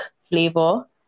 flavor